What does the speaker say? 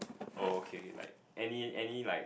oh okay like any any like